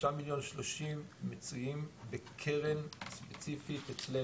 השלושה מיליון שלושים מציעים את הקרן הספציפית אצלנו.